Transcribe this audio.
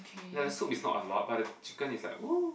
like the soup is not a lot but the chicken is like !whoo!